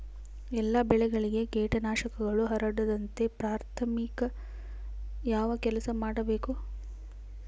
ಎಲ್ಲ ಬೆಳೆಗಳಿಗೆ ಕೇಟನಾಶಕಗಳು ಹರಡದಂತೆ ಪ್ರಾಥಮಿಕ ಯಾವ ಕೆಲಸ ಮಾಡಬೇಕು?